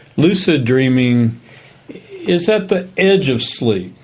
lucid dreaming is at the edge of sleep.